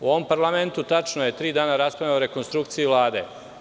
U ovom parlamentu, tačno je, tri dana raspravljamo o rekonstrukciji Vlade.